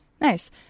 Nice